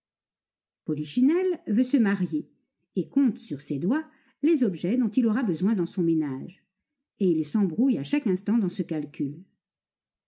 polichinelle veut se marier et compte sur ses doigts les objets dont il aura besoin dans son ménage et il s'embrouille à chaque instant dans ce calcul